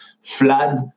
flood